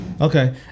Okay